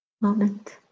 moment